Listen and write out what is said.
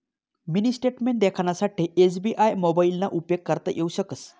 mini statement देखानासाठे SBI मोबाइलना उपेग करता येऊ शकस